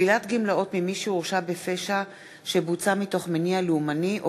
(שלילת גמלאות ממי שהורשע בפשע שבוצע מתוך מניע לאומני או